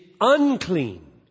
unclean